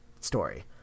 story